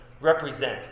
represent